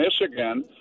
Michigan